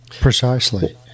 Precisely